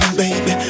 baby